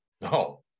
no